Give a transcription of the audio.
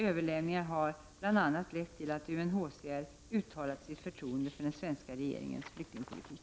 Överläggningarna har bl.a. lett till att UNHCR uttalat sitt förtroende för den svenska regeringens flyktingpolitik.